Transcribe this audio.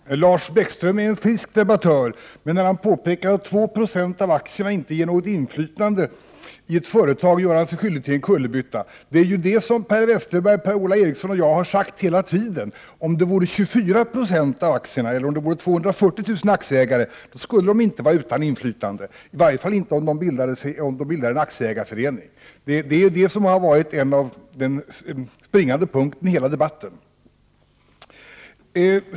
Herr talman! Lars Bäckström är en frisk debattör, men när han påpekar att 2 Jo av aktierna inte ger något inflytande i ett företag gör han sig skyldig till en kullerbytta. Det är ju det som Per Westerberg, Per-Ola Eriksson och jag har sagt hela tiden. Om det gällde 24 90 av aktierna eller 240 000 aktieägare skulle de inte vara utan inflytande — i varje fall inte om de bildade en aktieägarförening. Det är det som har varit den springande punkten i hela debatten.